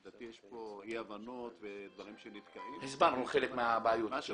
לדעתי יש פה אי הבנות ודברים שנתקעים --- הסברנו חלק מהבעיות.